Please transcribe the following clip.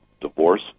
divorce